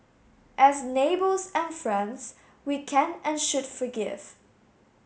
as neighbours and friends we can and should forgive